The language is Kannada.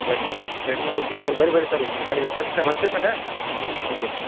ರೆಡ್ಮಿ ರೆಡ್ಮಿ ಓಕೆ ಸರಿ ಬರ್ರಿ ಬರ್ರಿ ಸರಿ ನೀವು ಬರ್ರಿ ಸರ್ ಬರ್ತಿ ಸರ ಓಕೆ ರೀ